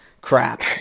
crap